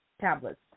tablets